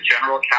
general